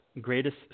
greatest